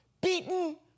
Beaten